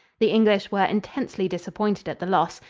the english were intensely disappointed at the loss.